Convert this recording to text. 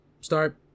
start